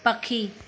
पखी